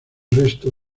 resto